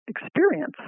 experience